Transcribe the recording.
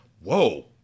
whoa